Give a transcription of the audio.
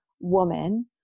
woman